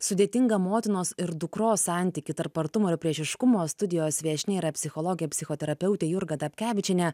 sudėtingą motinos ir dukros santykį tarp artumo ir priešiškumo studijos viešnia yra psichologė psichoterapeutė jurga dapkevičienė